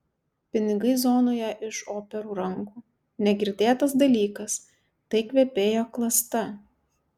pinigai zonoje iš operų rankų negirdėtas dalykas tai kvepėjo klasta